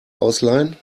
ausleihen